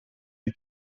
jej